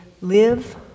live